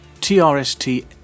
trst